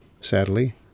Sadly